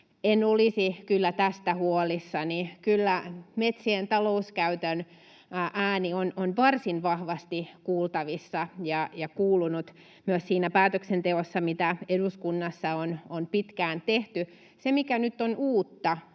En olisi kyllä tästä huolissani. Kyllä metsien talouskäytön ääni on varsin vahvasti kuultavissa ja kuulunut myös siinä päätöksenteossa, mitä eduskunnassa on pitkään tehty. Se, mikä nyt on uutta,